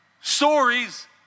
stories